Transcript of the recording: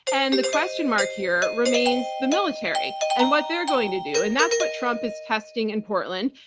and the question mark here remains the military and what they're going to do. and that's what trump is testing in portland,